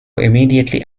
immediately